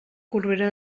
corbera